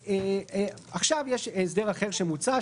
עכשיו יש הסדר אחר שמוצע,